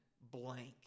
blank